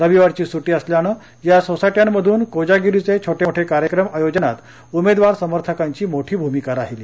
रविवारची सुपी असल्यानं या सोसाय िमंधून कोजागरीचे छो िमोठे कार्यक्रम आयोजनात उमेदवार समर्थकांची मोठी भूमिका राहिली